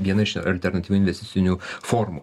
viena iš alternatyvių investicinių formų